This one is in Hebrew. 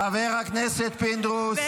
חבר הכנסת פינדרוס,